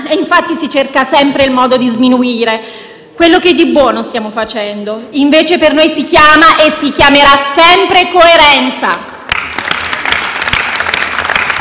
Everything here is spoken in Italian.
infatti si cerca sempre il modo di sminuire quello che di buono stiamo facendo. Invece per noi si chiama e si chiamerà sempre coerenza.